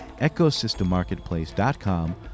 EcosystemMarketplace.com